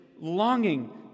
longing